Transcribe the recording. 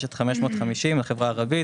יש את 550, החברה הערבית.